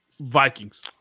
Vikings